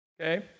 Okay